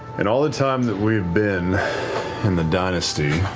in all the time that we've been in the dynasty,